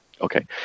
Okay